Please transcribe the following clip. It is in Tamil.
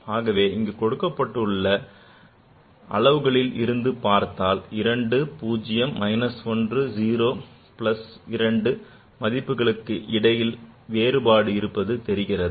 ஆகவே இங்கு கொடுக்கப்பட்டுள்ள அளவுகளில் இருந்து பார்த்தால் 2 0 minus 1 0 plus 2 மதிப்புகளுக்கு இடையில் வேறுபாடு இருப்பது தெரிகிறது